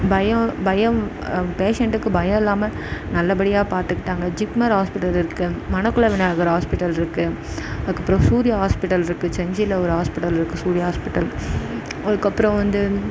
பயம் பயம் பேஷண்ட்டுக்கு பயம் இல்லாமல் நல்லபடியாக பார்த்துக்கிட்டாங்க ஜிப்மர் ஹாஸ்பிடல் இருக்குது மணக்குள விநாயகர் ஹாஸ்பிடல் இருக்குது அதுக்கு அப்பறம் சூர்யா ஹாஸ்பிடல் இருக்குது செஞ்சியில ஒரு ஹாஸ்பிடல் இருக்குது சூர்யா ஹாஸ்பிடல் அதுக்கு அப்பறம் வந்து